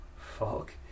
Fuck